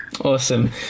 Awesome